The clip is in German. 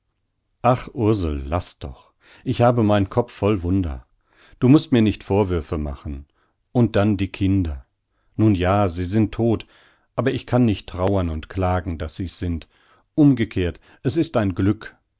ursel laß doch ich habe meinen kopf voll wunder du mußt mir nicht vorwürfe machen und dann die kinder nun ja sie sind todt aber ich kann nicht trauern und klagen daß sie's sind umgekehrt es ist ein glück